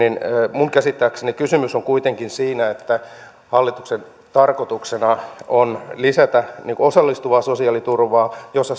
minun käsittääkseni kysymys on kuitenkin siitä että hallituksen tarkoituksena on lisätä osallistavaa sosiaaliturvaa jossa